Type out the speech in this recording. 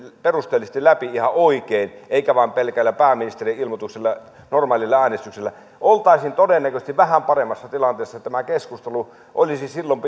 perusteellisesti läpi ihan oikein eikä vain pelkällä pääministerin ilmoituksella normaalilla äänestyksellä oltaisiin todennäköisesti vähän paremmassa tilanteessa tämä keskustelu olisi silloin